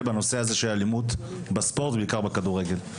בנושא הזה של אלימות בספורט ובעיקר בכדורגל.